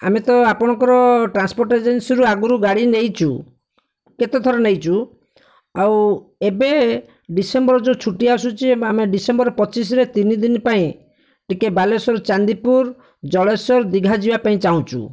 ଆମେ ତ ଆପଣଙ୍କର ଟ୍ରାନ୍ସପୋଟ୍ ଏଜେନ୍ସିରୁ ଆଗରୁ ଗାଡ଼ି ନେଇଛୁ କେତେଥର ନେଇଛୁ ଆଉ ଏବେ ଡିସେମ୍ବର ଯେଉଁ ଛୁଟି ଆସୁଛି ଏବେ ଆମେ ଡିସେମ୍ବର ପଚିଶରେ ତିନିଦିନ ପାଇଁ ଟିକିଏ ବାଲେଶ୍ୱର ଚାନ୍ଦିପୁର ଜଳେଶ୍ୱର ଦିଘା ଯିବାପାଇଁ ଚାହୁଁଛୁ